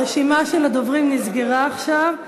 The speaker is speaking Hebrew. רשימת הדוברים נסגרה עכשיו.